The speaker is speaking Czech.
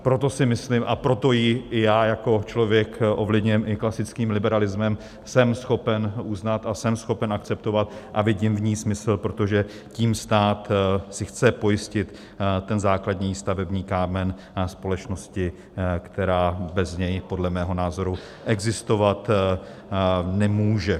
Proto si myslím a proto ji i já jako člověk ovlivněný i klasickým liberalismem jsem schopen uznat a jsem schopen akceptovat a vidím v ní smysl, protože tím si stát chce pojistit ten základní stavební kámen společnosti, která bez něj podle mého názoru existovat nemůže.